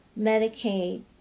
Medicaid